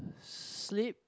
s~ slip